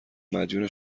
مدیون